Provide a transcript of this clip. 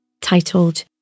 titled